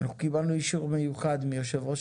אנחנו קיבלנו אישור מיוחד מיושב ראש